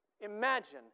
Imagine